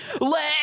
Let